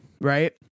Right